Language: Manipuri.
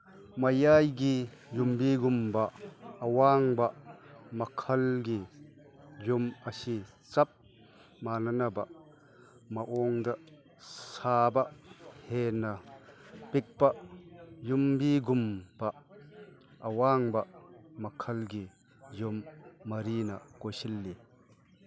ꯃꯌꯥꯏꯒꯤ ꯌꯨꯝꯕꯤꯒꯨꯝꯕ ꯑꯋꯥꯡꯕ ꯃꯈꯜꯒꯤ ꯌꯨꯝ ꯑꯁꯤ ꯆꯞ ꯃꯥꯅꯅꯕ ꯃꯑꯣꯡꯗ ꯁꯥꯕ ꯍꯦꯟꯅ ꯄꯤꯛꯄ ꯌꯨꯝꯕꯤꯒꯨꯝꯕ ꯑꯋꯥꯡꯕ ꯃꯈꯜꯒꯤ ꯌꯨꯝ ꯃꯔꯤꯅ ꯀꯣꯏꯁꯤꯜꯂꯤ